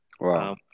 Wow